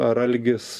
ar algis